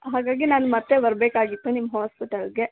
ಹಾಗಾಗಿ ನಾನು ಮತ್ತೆ ಬರಬೇಕಾಗಿತ್ತು ನಿಮ್ಮ ಹಾಸ್ಪಿಟಲ್ಗೆ